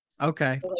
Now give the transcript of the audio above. okay